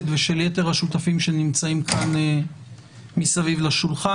ושל יתר השותפים שנמצאים כן מסביב לשולחן.